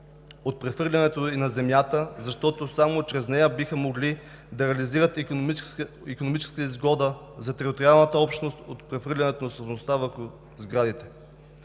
от прехвърлянето и на земята, защото само чрез нея биха могли да реализират икономическата изгода за териториалната общност от прехвърлянето на собствеността върху сградите.